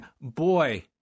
boy